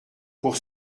pour